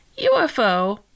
UFO